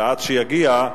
ועד שיגיע,